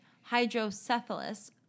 hydrocephalus